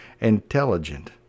intelligent